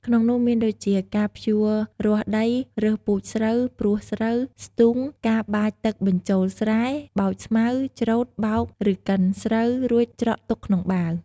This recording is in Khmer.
ក្នុងនោះមានដូចជា ការភ្ជួររាស់ដី រើសពូជស្រូវ ព្រួសស្រូវ ស្ទូង ការបាចទឹកបញ្ចូលស្រែ បោចស្មៅ ច្រូត បោក ឬកិនស្រូវ រួចច្រកទុកក្នុងបាវ។